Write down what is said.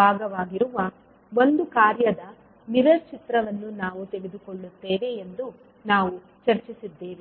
ಭಾಗವಾಗಿರುವ ಒಂದು ಕಾರ್ಯದ ಮಿರರ್ ಚಿತ್ರವನ್ನು ನಾವು ತೆಗೆದುಕೊಳ್ಳುತ್ತೇವೆ ಎಂದು ನಾವು ಚರ್ಚಿಸಿದ್ದೇವೆ